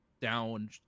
down